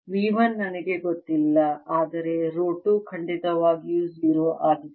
V 1 ನನಗೆ ಗೊತ್ತಿಲ್ಲ ಆದರೆ ರೋ 2 ಖಂಡಿತವಾಗಿಯೂ 0 ಆಗಿದೆ